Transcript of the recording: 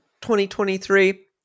2023